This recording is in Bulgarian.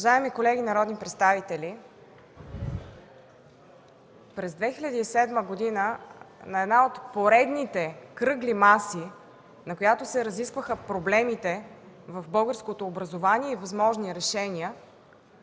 Уважаеми колеги народни представители, през 2007 г. на една от поредните кръгли маси, на която се разискваха проблемите в българското образование и възможните решения,